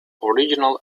original